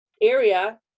area